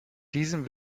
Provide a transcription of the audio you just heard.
diesem